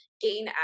gain